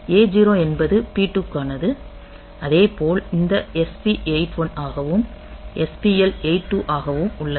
A0 என்பது P2 க்கானது அதேப் போல் இந்த SP 81 ஆகவும் DPL 82 ஆகவும் உள்ளது